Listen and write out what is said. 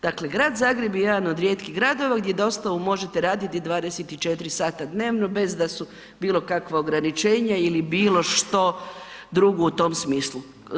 Dakle grad Zagreb je jedan od rijetkih gradova gdje dostavu možete raditi 24 sata dnevno bez da su bilokakva ograničenja ili bilo što drugo u tom smislu.